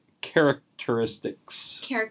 characteristics